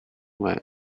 where